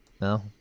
No